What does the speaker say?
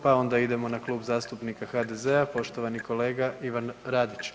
Pa onda idemo na Klub zastupnika HDZ-a poštovani kolega Ivan Radić.